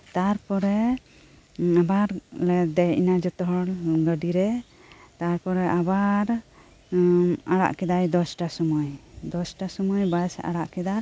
ᱛᱟᱯᱚᱨᱮ ᱟᱵᱟᱨᱞᱮ ᱫᱮᱡᱱᱟ ᱡᱚᱛᱚᱦᱚᱲ ᱜᱟᱹᱰᱤᱨᱮ ᱛᱟᱨᱯᱚᱨᱮ ᱟᱵᱟᱨ ᱟᱲᱟᱜ ᱠᱮᱫᱟᱭ ᱫᱚᱥᱴᱟ ᱥᱩᱢᱟᱹᱭ ᱫᱚᱥᱴᱟ ᱥᱩᱢᱟᱹᱭ ᱵᱟᱥᱮ ᱟᱲᱟᱜ ᱠᱮᱫᱟ ᱮᱠ